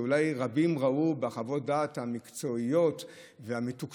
שאולי רבים ראו בחוות הדעת המקצועיות והמתוקשרות,